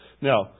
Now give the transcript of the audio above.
Now